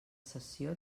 cessió